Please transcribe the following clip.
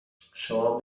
شما